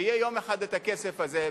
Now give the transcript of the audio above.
ויהיה יום אחד הכסף הזה,